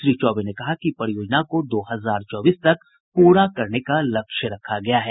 श्री चौबे ने कहा कि परियोजना को दो हजार चौबीस तक पूरा करने का लक्ष्य रखा गया है